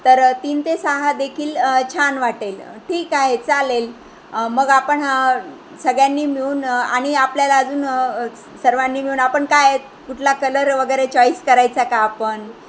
तर तीन ते सहादेखील छान वाटेल ठीक आहे चालेल मग आपण ह सगळ्यांनी मिळून आणि आपल्याला अजून सर्वांनी मिळून आपण काय कुठला कलर वगैरे चॉईस करायचा का आपण